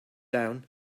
down